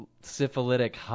syphilitic